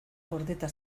gordeta